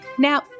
Now